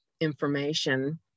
information